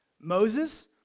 Moses